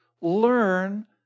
Learn